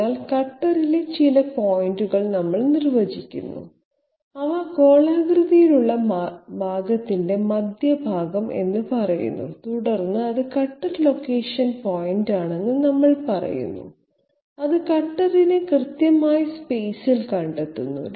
അതിനാൽ കട്ടറിലെ ചില പോയിന്റുകൾ നമ്മൾ നിർവ്വചിക്കുന്നു അവ ഗോളാകൃതിയിലുള്ള ഭാഗത്തിന്റെ മധ്യഭാഗം എന്ന് പറയുന്നു തുടർന്ന് അത് കട്ടർ ലൊക്കേഷൻ പോയിന്റാണെന്ന് നമ്മൾ പറയുന്നു അത് കട്ടറിനെ കൃത്യമായി സ്പേസിൽ കണ്ടെത്തുന്നു